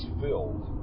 filled